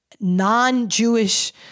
non-Jewish